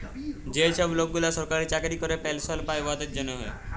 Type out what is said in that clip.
যে ছব লকগুলা সরকারি চাকরি ক্যরে পেলশল পায় উয়াদের জ্যনহে